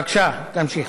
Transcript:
בבקשה, תמשיך.